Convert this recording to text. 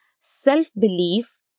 Self-belief